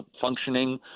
functioning